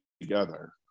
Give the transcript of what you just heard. together